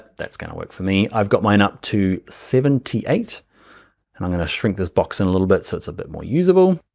that's gonna work for me. i've got mine up to seventy eight and i'm gonna shrink this box in a little bit so it's a bit more usable,